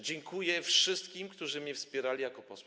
Dziękuję wszystkim, którzy mnie wspierali jako posła.